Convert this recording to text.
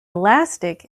elastic